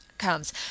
comes